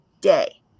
day